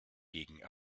gegen